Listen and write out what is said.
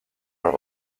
are